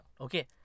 Okay